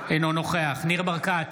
אינו נוכח ניר ברקת,